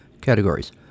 categories